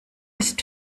ist